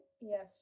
Yes